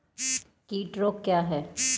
कीट रोग क्या है?